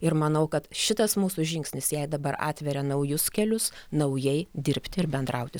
ir manau kad šitas mūsų žingsnis jai dabar atveria naujus kelius naujai dirbti ir bendrauti